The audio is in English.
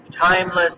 Timeless